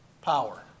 power